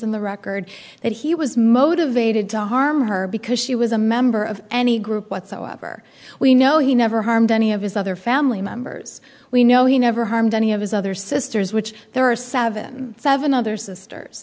in the record that he was motivated to harm her because she was a member of any group whatsoever we know he never harmed any of his other family members we know he never harmed any of his other sisters which there are seven seven other sisters